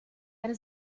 eine